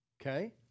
Okay